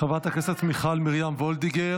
חברת הכנסת מיכל מרים וולדיגר,